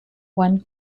one